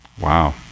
Wow